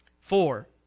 Four